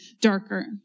darker